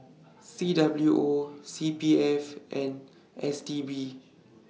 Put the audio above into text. C W O C P F and S T B